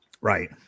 Right